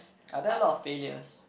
are there a lot of failures